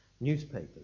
newspapers